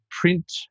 print